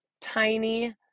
tiny